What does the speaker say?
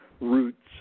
roots